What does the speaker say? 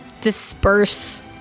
disperse